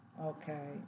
Okay